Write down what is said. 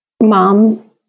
mom